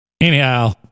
anyhow